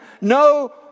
no